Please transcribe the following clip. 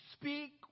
speak